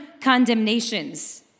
condemnations